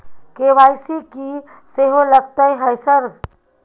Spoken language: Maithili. के.वाई.सी की सेहो लगतै है सर?